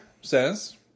says